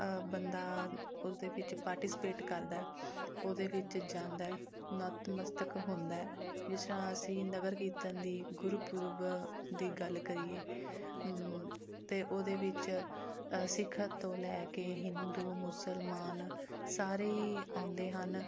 ਬੰਦਾ ਉਸ ਦੇ ਵਿੱਚ ਪਾਰਟੀਸਪੇਟ ਕਰਦਾ ਉਹਦੇ ਵਿੱਚ ਜਾਂਦਾ ਨਤਮਸਤਕ ਹੁੰਦਾ ਜਿਸ ਤਰ੍ਹਾਂ ਅਸੀਂ ਨਗਰ ਕੀਰਤਨ ਦੀ ਗੁਰਪੂਰਬ ਦੀ ਗੱਲ ਕਰੀਏ ਅਤੇ ਉਹਦੇ ਵਿੱਚ ਸਿੱਖ ਤੋਂ ਲੈ ਕੇ ਹਿੰਦੂ ਮੁਸਲਮਾਨ ਸਾਰੇ ਹੀ ਆਉਂਦੇ ਹਨ